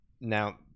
now